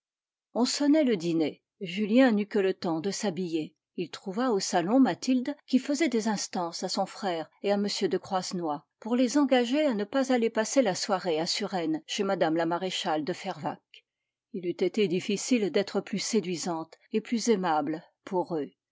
on sonnait le dîner julien n'eut que le temps de s'habiller il trouva au salon mathilde qui faisait des instances à son frère et à m de croisenois pour les engager à ne pas aller passer la soirée à suresnes chez mme la maréchale de fervaques il eût été difficile d'être plus séduisante et plus aimable pour eux